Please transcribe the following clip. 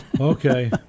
Okay